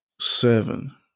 Seven